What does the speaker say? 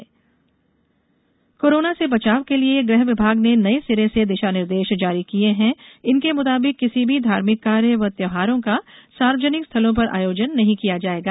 दिशा निर्देश कोरोना से बचाव के लिये गृह विभाग ने नये सिरे से दिशा निर्देश जारी किये हैं इनके मुताबिक किसी भी धार्मिक कार्य व त्यौहारों का सार्वजनिक स्थलों पर आयोजन नहीं किया जाएगा